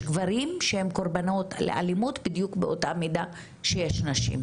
גברים שהם קורבנות לאלימות בדיוק באותה מידה שיש נשים.